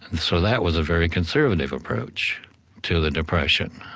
so that was a very conservative approach to the depression.